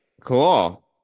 Cool